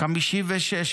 בקיבוץ,